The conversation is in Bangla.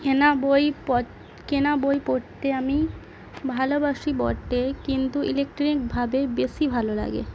কেনা বই প কেনা বই পড়তে আমি ভালোবাসি বটে কিন্তু ইলেকট্রিকভাবেই বেশি ভালো লাগে